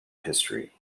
history